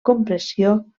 compressió